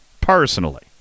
Personally